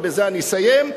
ובזה אני אסיים,